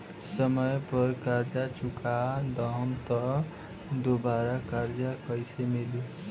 समय पर कर्जा चुका दहम त दुबाराकर्जा कइसे मिली?